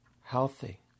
healthy